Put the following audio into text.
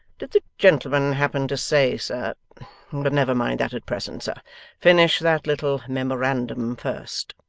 did the gentleman happen to say, sir but never mind that at present, sir finish that little memorandum first